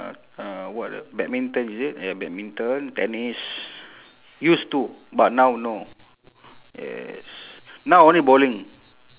uh what ah badminton is it ya badminton tennis used to but now no yes now only bowling